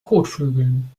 kotflügeln